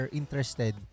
interested